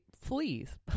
fleas